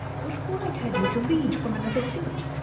what right had you to lead from another suit?